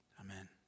Amen